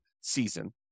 season